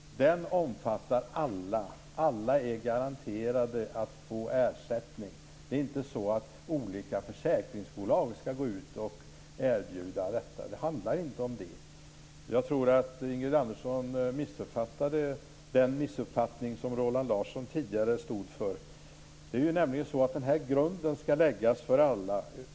Den omfattar alla. Alla är garanterade att få ersättning. Det är inte så att olika försäkringsbolag skall gå ut och erbjuda detta. Det handlar inte om det. Jag tror att Ingrid Andersson missuppfattade den missuppfattning som Roland Larsson tidigare stod för. Grunden skall läggas för alla.